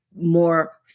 more